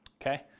Okay